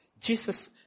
Jesus